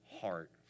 heart